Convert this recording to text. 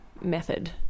method